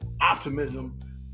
optimism